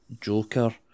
Joker